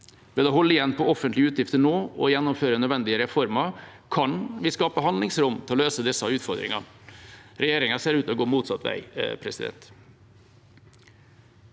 Ved å holde igjen på offentlige utgifter nå og gjennomføre nødvendige reformer kan vi skape handlingsrom til å løse disse utfordringene. Regjeringa ser ut til å gå motsatt vei. Regjeringa